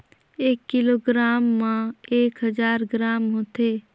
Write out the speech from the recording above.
एक किलोग्राम म एक हजार ग्राम होथे